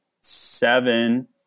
seven